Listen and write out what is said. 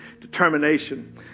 determination